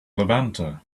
levanter